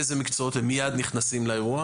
באיזה מקצועות הם נכנסים מייד לאירוע